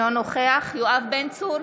אינו נוכח יואב בן צור,